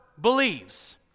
believes